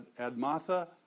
Admatha